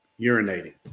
urinating